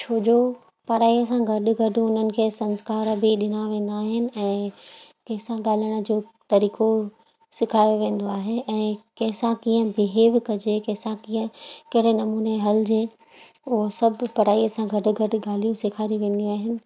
छोजो पढ़ाई सां गॾु गॾु उन्हनि खे संस्कार बि ॾिना वेंदा आहिनि ऐं कंहिंसां ॻाल्हाइण जो तरीक़ो सिखायो वेंदो आहे ऐं कंहिंसां कीअं बीहेव कॼे कंहिंसां कीअं कहिड़े नमूने हलिजे उहो सभु पढ़ाईअ सां गॾु गॾु ॻाल्हियूं सेखारी वेंदियूं आहिनि